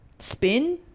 Spin